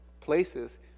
places